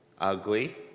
ugly